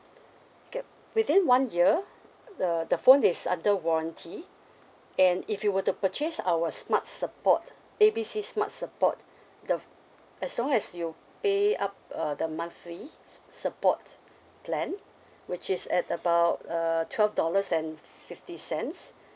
okay within one year uh the phone is under warranty and if you were to purchase our smart support A B C smart support the as long as you pay up uh the monthly support plan which is at about err twelve dollars and fifty cents